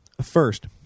First